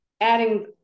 adding